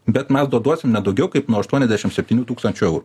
bet mes daduosim ne daugiau kaip nuo aštuoniasdešim septynių tūkstančių eurų